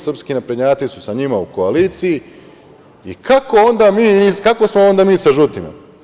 Srpski naprednjaci su sa njima u koaliciji i kako smo onda mi sa žutima?